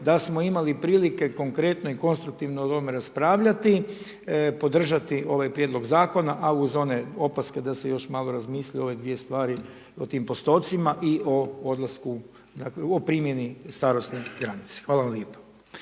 da smo imali prilike konkretno i konstruktivno o tome raspravljati podržati ovaj Prijedlog zakona a uz one opaske da se još malo razmisli o ove dvije stvari o tim postocima i o odlasku dakle o primjeni starosne granice. Hvala vam